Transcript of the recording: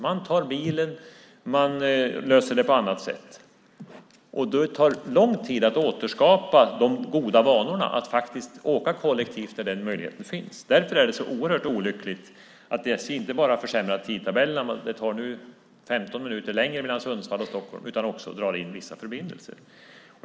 Man tar bilen, man löser det på annat sätt, och det tar lång tid att återskapa de goda vanorna att faktiskt åka kollektivt när den möjligheten finns. Därför är det så oerhört olyckligt att SJ inte bara försämrar tidtabellerna - det tar nu 15 minuter längre mellan Sundsvall och Stockholm - utan också drar in vissa förbindelser.